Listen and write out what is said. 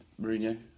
Mourinho